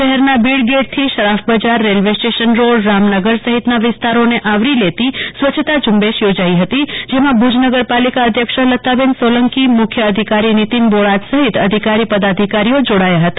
શહેરના ભીડ ગેટથી Sharaf Bazaar railway station road Ramnagar સહિતના વિસ્તારોને આવરી લેતી સ્વચ્છતા ઝુંબેશ યોજાઈ હતી જેમાં ભુજ નગરપાલિકા અધ્યક્ષા લતા બહેન સોલંકી મુખ્ય અધિકારી નીતિન બોડાત સહીત અધિકારી પદાધિકારી જોડાયા હતા